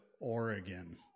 Oregon